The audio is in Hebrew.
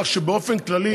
כך שבאופן כללי,